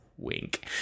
Wink